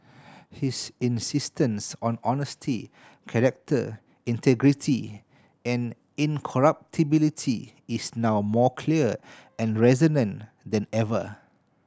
his insistence on honesty character integrity and incorruptibility is now more clear and resonant than ever